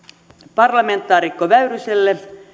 parlamentaarikko väyryselle